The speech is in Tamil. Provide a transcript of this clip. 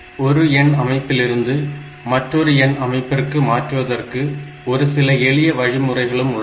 ஒரு எண் அமைப்பிலிருந்து மற்றொரு எண் அமைப்பிற்கு மாற்றுவதற்கு ஒரு சில எளிய வழிமுறைகளும் உள்ளன